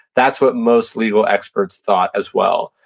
that's what most legal experts thought as well.